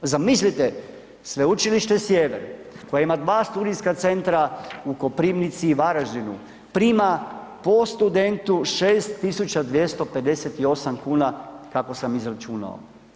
Zamislite, Sveučilište Sjever koje ima dva studijska centra, u Koprivnici i Varaždinu prima po studentu 6258 kn, kako sam izračunao.